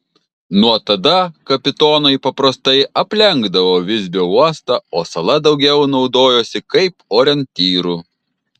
nuo tada kapitonai paprastai aplenkdavo visbio uostą o sala daugiau naudojosi kaip orientyru